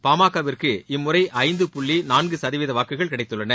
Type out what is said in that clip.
பாமகவிற்கு இம்முறை ஐந்து புள்ளி நான்கு சதவீத வாக்குகள் கிடைத்துள்ளன